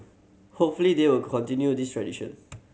hopefully they will continue this tradition